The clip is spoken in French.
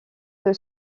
que